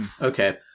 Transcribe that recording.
okay